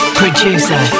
Producer